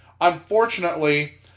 Unfortunately